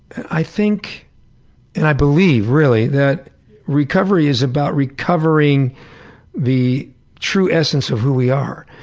i think and i believe, really, that recovery is about recovering the true essence of who we are.